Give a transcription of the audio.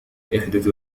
يحدث